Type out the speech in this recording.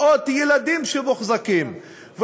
מאות ילדים שמוחזקים.